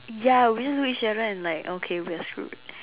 ya we just look each other and like okay we're screwed